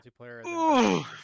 multiplayer